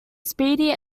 speedy